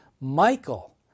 Michael